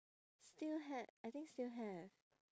still ha~ I think still have